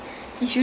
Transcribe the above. ya